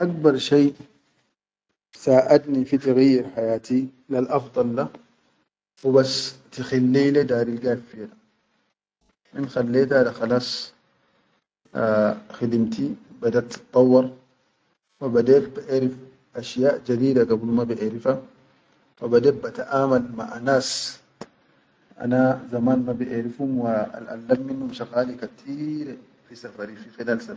Akbar shai saʼadni fi tirihil hayati, lel akhdal da hubas tihilel daril gaid fiya da. Min halleta khalas a khidimti badat dauwar haw badat baʼerif asshiya jadide al gabul ma baʼerifa, wa badet bataʼaman malamas hana zaman ma baʼerifum wa alʼallam shaqali kateeri fi safarida.